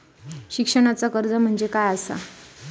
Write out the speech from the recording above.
शिक्षणाचा कर्ज म्हणजे काय असा?